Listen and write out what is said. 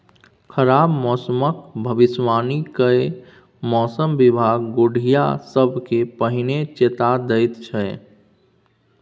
खराब मौसमक भबिसबाणी कए मौसम बिभाग गोढ़िया सबकेँ पहिने चेता दैत छै